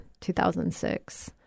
2006